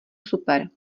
super